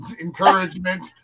encouragement